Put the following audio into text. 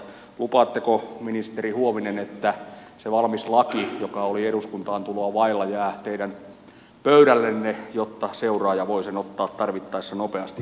lupaatteko ministeri huovinen että se valmis laki joka oli eduskuntaan tuloa vailla jää teidän pöydällenne jotta seuraaja voi sen ottaa tarvittaessa nopeastikin käyttöön